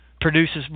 produces